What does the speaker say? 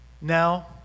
Now